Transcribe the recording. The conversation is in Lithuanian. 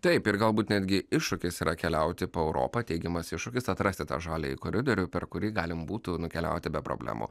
taip ir galbūt netgi iššūkis yra keliauti po europą teigiamas iššūkis atrasti tą žaliąjį koridorių per kurį galima būtų nukeliauti be problemų